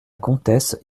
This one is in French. comtesse